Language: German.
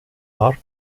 art